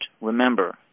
Remember